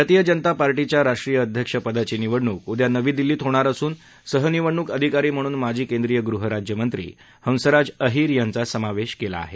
भारतीय जनता पार्टीच्या राष्ट्रीय अध्यक्ष पदाची निवडणूक उद्या नवी दिल्लीत होणार असून सह निवडणूक अधिकारी म्हणून माजी केंद्रीय गृहराज्यमंत्री हंसराज अहिर यांचा समावेश केला आहे